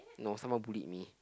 no someone bullied me